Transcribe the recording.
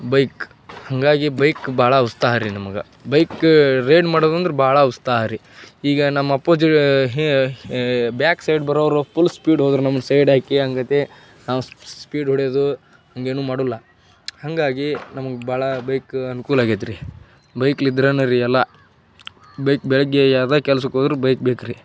bike ಹಾಗಾಗಿ bike ಭಾಳ ಉತ್ಸಾಹ ರಿ ನಮ್ಗೆ ಬೈಕ್ ರೈಡ್ ಮಾಡೋದಂದ್ರೆ ಭಾಳ ಉತ್ಸಾಹ ರಿ ಈಗ ನಮ್ಮ ಅಪೋಜಿ ಬ್ಯಾಕ್ಸೈಡ್ ಬರೋರು ಪುಲ್ ಸ್ಪೀಡ್ ಹೋದ್ರ್ ನಮ್ಗೆ ಸೈಡ್ ಹಾಕಿ ಅಂಗತಿ ನಾವು ಸ್ಪೀಡ್ ಹೊಡೆಯೋದು ಹಾಗೇನೂ ಮಾಡುಲ್ಲ ಹಾಗಾಗಿ ನಮುಗೆ ಭಾಳ ಬೈಕ್ ಅನುಕೂಲ ಆಗೈತೆ ರೀ ಬೈಕ್ಲಿದ್ರೇನ ರೀ ಎಲ್ಲ ಬೈಕ್ ಬೆಳಗ್ಗೆ ಯಾವುದೇ ಕೆಲ್ಸಕ್ಕೆ ಹೋದ್ರು ಬೈಕ್ ಬೇಕ್ರಿ